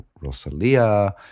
Rosalia